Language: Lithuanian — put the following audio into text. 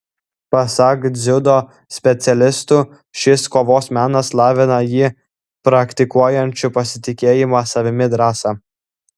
pasak dziudo specialistų šis kovos menas lavina jį praktikuojančių pasitikėjimą savimi drąsą